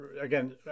again